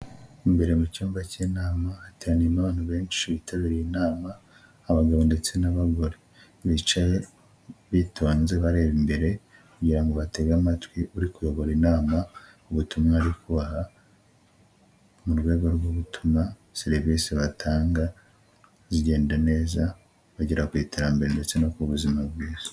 Imbere mu cyumba cy'inama, hateraniyemo abantu benshi bitabiriye inama, abagabo ndetse n'abagore. Bicaye bitonze bareba imbere, kugira ngo batege amatwi uri kuyobora inama ubutumwa ari kubaha, mu rwego rwo gutuma serivisi batanga zigenda neza, bagera ku iterambere ndetse no ku buzima bwiza.